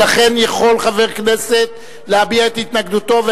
ולכן יכול חבר כנסת להביע את התנגדותו,